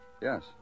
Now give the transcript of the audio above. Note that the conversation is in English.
Yes